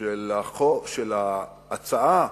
של ההצעה